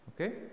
Okay